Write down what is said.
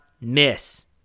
miss